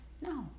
No